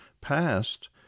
past